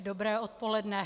Dobré odpoledne.